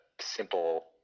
simple